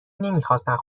نمیخواستند